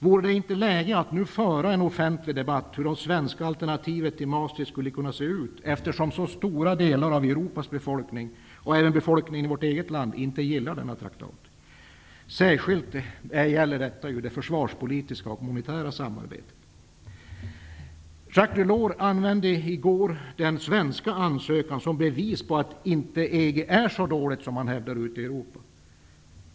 Vore det inte läge att nu föra en offentlig debatt om hur det svenska alternativet till Maastricht skulle kunna se ut, eftersom så stora delar av Europas befolkning och befolkningen även i vårt eget land inte gillar denna traktat? Särskilt gäller detta det försvarspolitiska och monetära samarbetet. Jacques Delors använde i går den svenska ansökan som bevis på att EG inte är så dåligt som man hävdar ute i Europa.